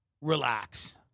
relax